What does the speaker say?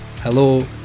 Hello